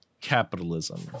capitalism